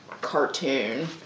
cartoon